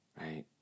Right